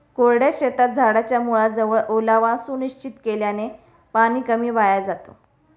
कोरड्या शेतात झाडाच्या मुळाजवळ ओलावा सुनिश्चित केल्याने पाणी कमी वाया जातं